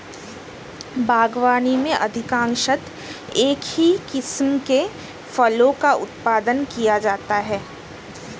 बागवानी में अधिकांशतः एक ही किस्म के फलों का उत्पादन किया जाता है